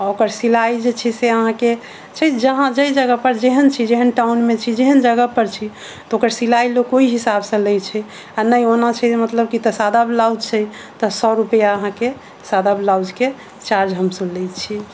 आ ओकर सिलाइ जे छै से अहाँके जहाँ जइ जगह पर जेहन टाउन मे छी जेहन जगह पर छी तऽ ओकर सिलाइ लोक ओहि हिसाब सऽ लै छै आ नहि ओना छै मतलब कि तऽ सादा ब्लाउज छै तऽ सए रुपआ अहाँके सादा ब्लाउज के चार्ज हमसब लै छियै